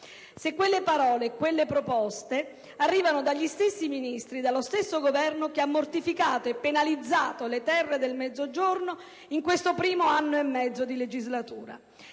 se quelle parole e quelle proposte arrivano da Ministri dello stesso Governo che ha mortificato e penalizzato le terre del Mezzogiorno in questo primo anno e mezzo di legislatura.